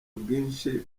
ubwinshi